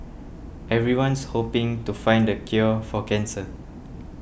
everyone's hoping to find the cure for cancer